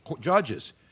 judges